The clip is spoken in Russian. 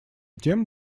тем